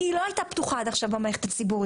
כי היא לא הייתה פתוחה עד עכשיו במערכת הציבורית.